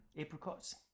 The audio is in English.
apricots